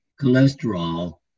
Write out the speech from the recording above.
cholesterol